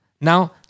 Now